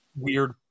weird